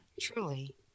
truly